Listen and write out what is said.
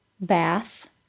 Bath